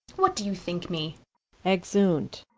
what doe you thinke me exeunt.